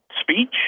speech